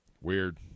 Weird